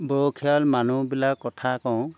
বয়সীয়াল মানুহবিলাক কথা কওঁ